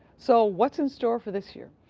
so what's in store for this year?